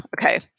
Okay